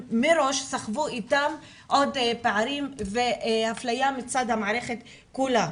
מראש סחבו איתם עוד פערים ואפליה מצד המערכת כולה.